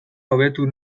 hobetu